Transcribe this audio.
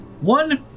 One